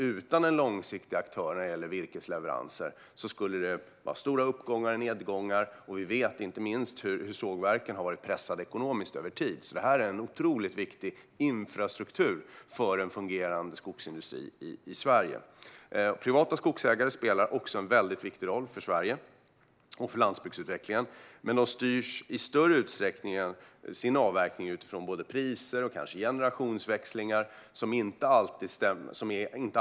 Utan en långsiktig leverantör när det gäller virkesleveranser skulle det vara stora uppgångar och nedgångar, och vi vet hur inte minst sågverken har varit pressade ekonomiskt över tid, så det här är en otroligt viktig infrastruktur för en fungerande skogsindustri i Sverige. Privata skogsägare spelar också en viktig roll för Sverige och för landsbygdsutvecklingen, men deras avverkning styrs i större utsträckning av priser och kanske generationsväxlingar som inte alltid är löpande.